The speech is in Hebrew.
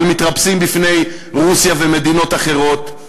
אבל מתרפסים בפני רוסיה ומדינות אחרות.